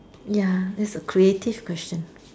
ya that's a creative question